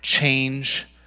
Change